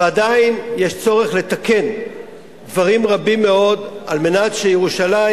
ועדיין יש צורך לתקן דברים רבים מאוד על מנת שירושלים